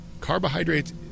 carbohydrates